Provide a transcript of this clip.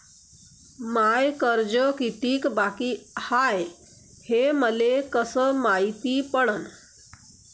माय कर्ज कितीक बाकी हाय, हे मले कस मायती पडन?